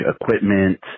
equipment